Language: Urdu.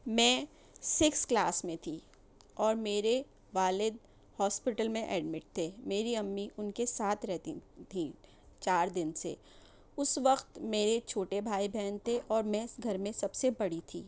میں سِکس کلاس میں تھی اور میرے والد ہاسپیٹل میں ایڈمٹ تھے میری امی ان کے ساتھ رہتی تھیں چار دن سے اس وخت میرے چھوٹے بھائی بہن تھے اور میں گھر میں سب سے بڑی تھی